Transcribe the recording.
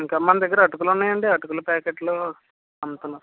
ఇంకా మన దగ్గర అటుకులు ఉన్నాయండి అటుకుల ప్యాకెట్లు